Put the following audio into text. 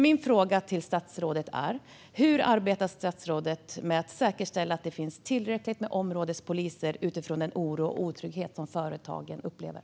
Min fråga till statsrådet är: Utifrån den oro och otrygghet som företagen upplever, hur arbetar statsrådet med att säkerställa att det finns tillräckligt med områdespoliser?